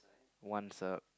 one sup